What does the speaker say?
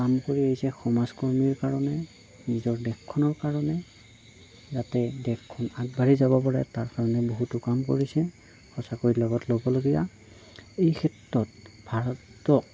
কাম কৰি আহিছে সমাজখনৰ কাৰণে নিজৰ দেশখনৰ কাৰণে যাতে দেশখন আগবাঢ়ি যাব পাৰে তাৰ কাৰণে বহুতো কাম কৰিছে সঁচাকৈ লগত ল'বলগীয়া এইক্ষেত্ৰত ভাৰতক